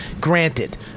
Granted